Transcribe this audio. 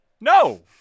No